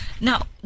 Now